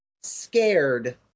scared